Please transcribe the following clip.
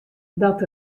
dat